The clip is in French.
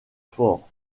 fort